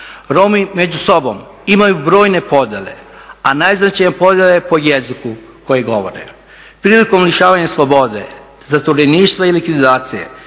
Romi među sobom imaju brojne podjele, a najznačajnija podjela je po jeziku koji govore. Prilikom lišavanja slobode, zatvoreništva i likvidacije